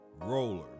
rollers